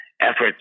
efforts